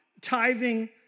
tithing